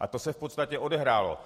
A to se v podstatě odehrálo.